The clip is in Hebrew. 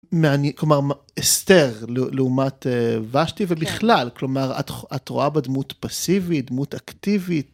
כלומר, אסתר לעומת ושתי, ובכלל, כלומר, את רואה בדמות פסיבית, דמות אקטיבית.